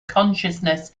consciousness